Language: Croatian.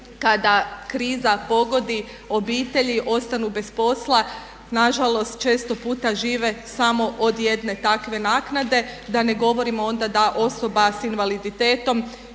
kada kriza pogodi obitelji, ostanu bez posla nažalost često puta žive samo od jedne takve naknade. Da ne govorimo onda da osoba sa invaliditetom